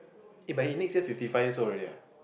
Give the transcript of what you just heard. eh but he next year fifty years old already ah